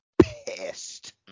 pissed